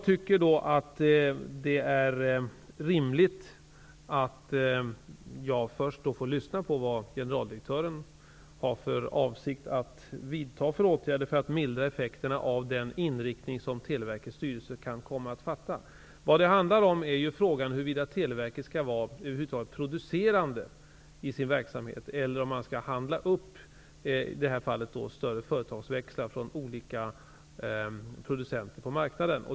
Det är rimligt att jag först får lyssna på generaldirektören och höra vilka åtgärder han avser att vidta för att mildra effekterna av den inriktning som Televerkets styrelse kan komma att fatta beslut om. Vad det handlar om är huruvida Televerket över huvudet taget skall vara producerande i sin verksamhet eller om man skall handla upp, i det här fallet, större företagsväxlar från olika producenter på marknaden.